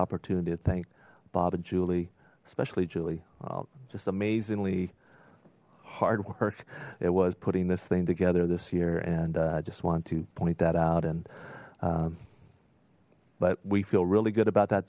opportunity to thank bob and julie especially julie just amazingly hard work it was putting this thing together this year and i just want to point that out and but we feel really good about that